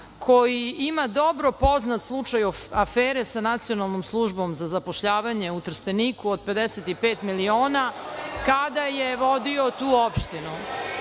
koji ima dobro poznat slučaj afere sa Nacionalnom službom za zapošljavanje u Trsteniku od 55 miliona kada je vodio tu opštinu.